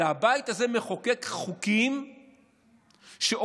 אלא הבית הזה מחוקק חוקים שעוקפים